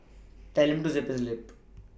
tell him to zip his lip